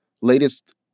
latest